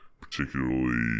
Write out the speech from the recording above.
particularly